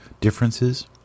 differences